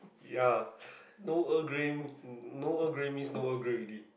ya no Earl Grey no Earl Grey means no Earl Grey already